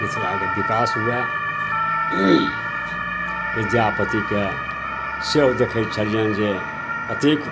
मिथिलाके विकास हुए विद्यापतिके सेहो देखै छलिअनि जे कतेक